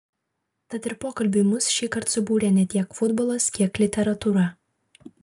tad ir pokalbiui mus šįkart subūrė ne tiek futbolas kiek literatūra